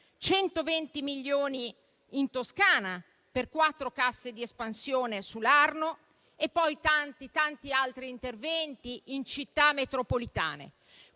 120 milioni in Toscana per quattro casse di espansione sull'Arno e poi tanti altri interventi in città metropolitane.